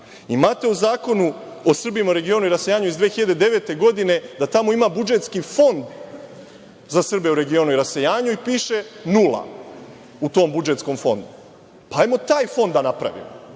u Zakonu o Srbima u regionu i rasejanju iz 2009. godine budžetski fond za Srbe u regionu i rasejanju i piše nula u tom budžetskom fondu. Hajde taj fond da napravimo.